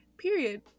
Period